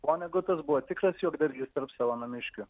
vonegutas buvo tikras juokdarys tarp savo namiškių